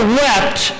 wept